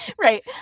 Right